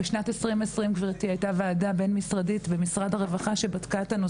בשנת 2020 הייתה ועדה בין משרדים במשרד הרווחה,